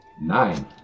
Nine